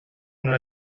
una